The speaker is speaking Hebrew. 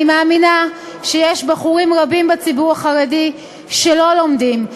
אני מאמינה שיש בחורים רבים בציבור החרדי שלא לומדים,